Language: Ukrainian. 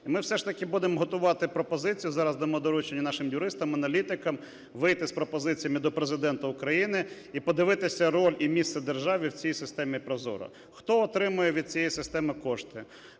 ми все ж таки будемо готувати пропозицію, зараз дамо доручення нашим юристам, аналітикам вийти з пропозиціями до Президента України і подивитися роль і місце держави в цій системі ProZorro - хто отримує від цієї системи кошти.